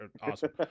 awesome